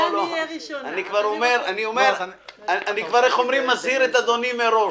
אני כבר מזהיר את אדוני מראש.